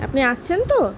আপনি আসছেন তো